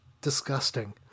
disgusting